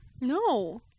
No